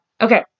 okay